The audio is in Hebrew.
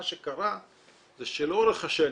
מה שקרה זה שלאורך השנים,